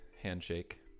handshake